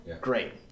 Great